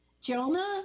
Jonah